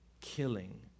killing